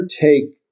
take